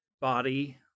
body